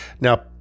now